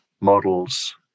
models